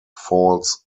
falls